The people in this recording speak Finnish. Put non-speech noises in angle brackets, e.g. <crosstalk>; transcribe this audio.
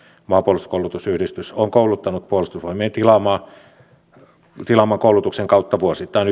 maanpuolustuskoulutusyhdistys on kouluttanut puolustusvoimien tilaaman koulutuksen kautta vuosittain <unintelligible>